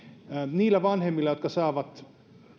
niiden vanhempien jotka saavat